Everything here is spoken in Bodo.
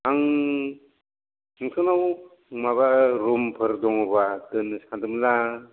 आं नोंथांनाव माबा रुमफोर दङबा दोननो सान्दोंमोनलां